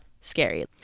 scary